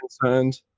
concerned